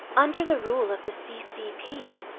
under the rule of the ccp,